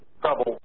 trouble